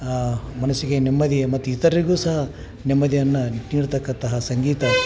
ಮನಸ್ಸಿಗೆ ನೆಮ್ಮದಿಯ ಮತ್ತು ಇತರರಿಗೂ ಸಹ ನೆಮ್ಮದಿಯನ್ನು ನೀಡತಕ್ಕಂತಹ ಸಂಗೀತ